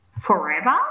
forever